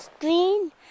green